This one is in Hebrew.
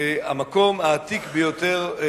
שהמקום העתיק ביותר,